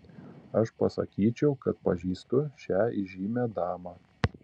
aš pasakyčiau kad pažįstu šią įžymią damą